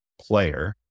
player